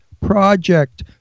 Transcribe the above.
Project